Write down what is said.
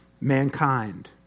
mankind